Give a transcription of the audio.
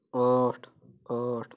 ٲٹھ ٲٹھ